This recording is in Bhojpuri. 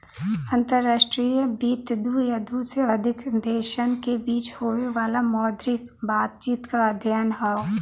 अंतर्राष्ट्रीय वित्त दू या दू से अधिक देशन के बीच होये वाला मौद्रिक बातचीत क अध्ययन हौ